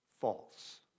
false